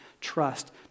trust